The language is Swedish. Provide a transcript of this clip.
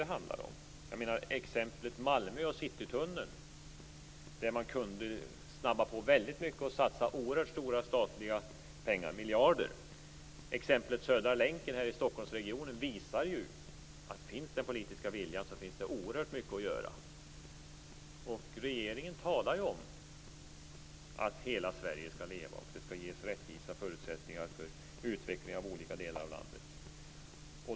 Man kunde t.ex. snabba på Citytunneln i Malmö väldigt mycket och satsa oerhört mycket statliga pengar - miljarder. Exemplet Södra länken här i Stockholmsregionen visar ju att om den politiska viljan finns kan man göra oerhört mycket. Regeringen talar ju om att hela Sverige skall leva och att det skall ges rättvisa förutsättningar för utveckling av olika delar av landet.